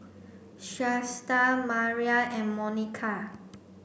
Shasta Maria and Monica